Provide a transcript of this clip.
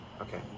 okay